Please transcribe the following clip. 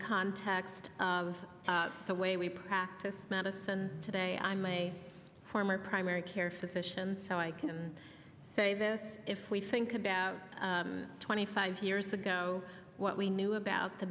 context of the way we practice medicine today i'm a former primary care physician so i can say this if we think about twenty five years ago what we knew of out the